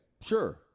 Sure